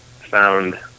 found